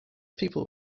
people